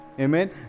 Amen